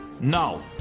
No